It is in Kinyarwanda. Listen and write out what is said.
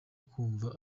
kumva